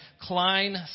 Klein